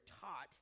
taught